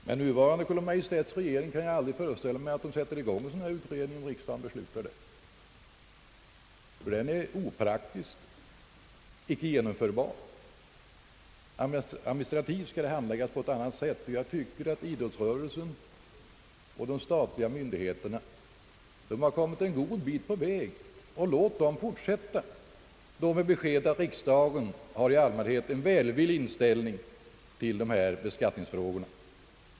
Jag kan aldrig föreställa mig att nuvarande Kungl. Maj:ts regering skulle sätta i gång en sådan utredning, om riksdagen beslutade en sådan. Den är opraktisk, icke genomförbar. Administrativt skall dessa frågor handläggas på ett annat sätt. Jag tycker att idrottsrörelsen och de statliga myndigheterna har kommit en god bit på väg. Låt dem fortsätta — med det beskedet att riksdagen har en allmän välvillig inställning till dessa beskattningsfrågor.